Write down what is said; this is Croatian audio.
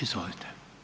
Izvolite.